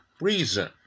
reason